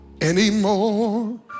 anymore